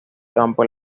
campo